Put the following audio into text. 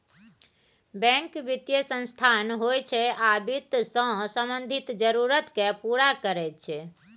bank बित्तीय संस्थान होइ छै आ बित्त सँ संबंधित जरुरत केँ पुरा करैत छै